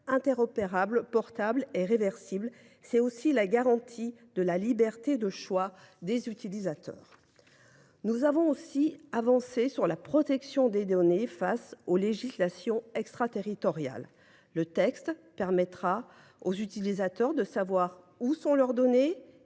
interopérable, portable et réversible. C’est aussi une manière de garantir la liberté de choix des utilisateurs. Nous avons aussi avancé sur la protection des données face aux législations extraterritoriales : le texte permettra aux utilisateurs de savoir où sont leurs données,